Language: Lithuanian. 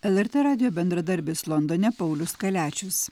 lrt radijo bendradarbis londone paulius kaliačius